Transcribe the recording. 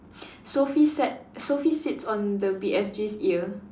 Sophie sat Sophie sits on the B_F_G's ear